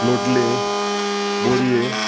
लोटले बोरये